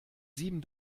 sieben